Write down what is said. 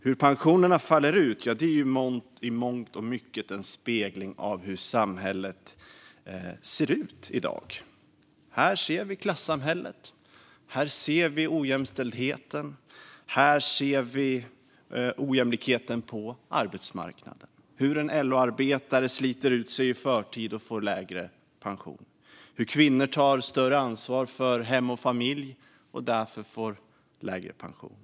Hur pensionerna faller ut är i mångt och mycket en spegling av hur samhället ser ut i dag. Här ser vi klassamhället. Här ser vi ojämställdheten. Här ser vi ojämlikheten på arbetsmarknaden. Vi ser hur en LO-arbetare sliter ut sig i förtid och får lägre pension. Vi ser hur kvinnor tar större ansvar för hem och familj och därför får lägre pension.